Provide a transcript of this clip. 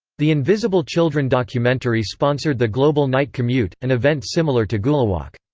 the invisible children documentary sponsored the global night commute, an event similar to guluwalk.